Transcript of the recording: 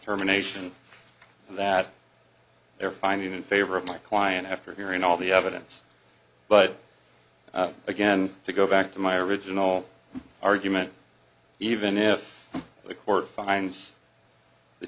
terminations that they're finding in favor of my client after hearing all the evidence but again to go back to my original argument even if the court finds th